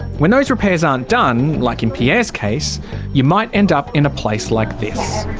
when those repairs aren't done like in pierre's case you might end up in a place like this.